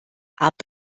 app